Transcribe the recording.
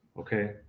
Okay